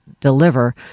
deliver